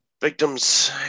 victims